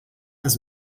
had